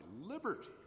liberty